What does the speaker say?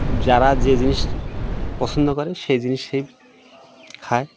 যারা যে জিনিস পছন্দ করে সেই জিনিস সে খায়